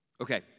Okay